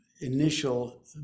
initial